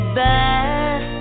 back